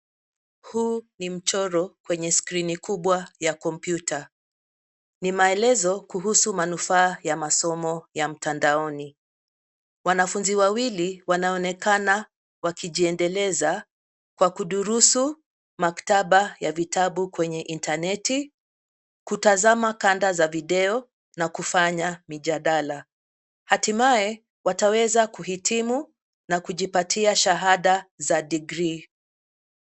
Huu ni mchoro kwenye skirini kubwa ya kompyuta. Ni maelezo kuhusu manufaa ya masomo ya mtandaoni. Wanafunzi wawili wanaonekana wakijiendeleza kwa kudurusu maktaba ya vitabu kwenye intaneti, kutazama kanda za video na kufanya mijadala. Hatimaye wataweza kuhitimu na kujipatia shahada za degree .